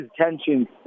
tensions